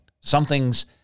Something's